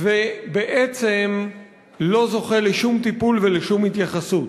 ובעצם לא זוכה לשום טיפול ולשום התייחסות.